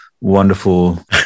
wonderful